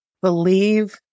believe